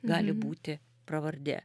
gali būti pravardė